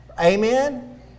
Amen